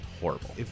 horrible